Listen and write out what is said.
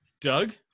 Doug